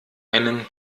einen